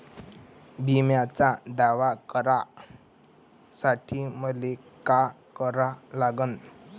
बिम्याचा दावा करा साठी मले का करा लागन?